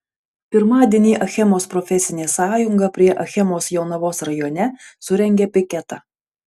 pirmadienį achemos profesinė sąjunga prie achemos jonavos rajone surengė piketą